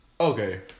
Okay